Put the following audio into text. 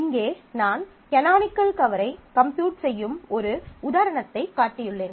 இங்கே நான் கனோனிக்கல் கவரை கம்ப்யூட் செய்யும் ஒரு உதாரணத்தைக் காட்டியுள்ளேன்